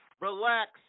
relax